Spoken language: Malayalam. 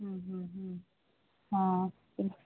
മ്മ് മ്മ് മ്മ് ആ പിന്നെ